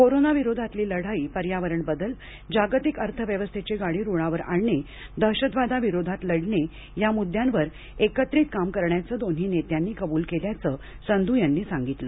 corona विरोधातली लढाई पर्यावरण बदल जागतिक अर्थव्यवस्थेची गाडी रुळावर आणणे दहशतवादाविरोधात लढणे या मुद्द्यांवर एकत्रित काम करण्याचं दोन्ही नेत्यांनी कबूल केल्याचं संधू यांनी सांगितलं